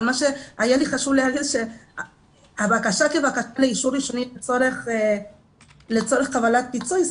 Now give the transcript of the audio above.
אבל מה שהיה לי חשוב לומר שהבקשה הראשונית לצורך קבלת פיצוי,